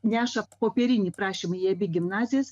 neša popierinį prašymą į abi gimnazijas